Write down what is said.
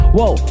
Whoa